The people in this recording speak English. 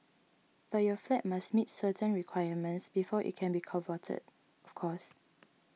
but your flat must meet certain requirements before it can be converted of course